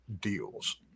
deals